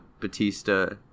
Batista